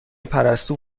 پرستو